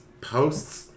posts